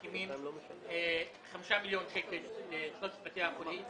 חמישה מיליון שקלים לשלושת בתי החולים.